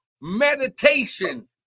meditation